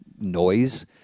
noise